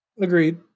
Agreed